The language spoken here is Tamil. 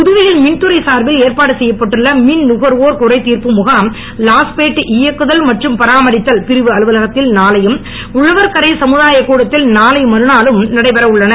புதுவையில் மின்துறை சார்பில் ஏற்பாடு செய்யப்பட்டுள்ள மின்நுகர்வோர் குறைதீர்ப்பு முகாம் லாஸ்பேட் இயக்குதல் மற்றும் பராமரித்தல் பிரிவு அலுவலகத்தில் நாளையும் உழவர்கரை சமுதாய கூடத்தில் நாளை மறுநாளும் நடைபெறவுள்ளன